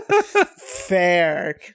Fair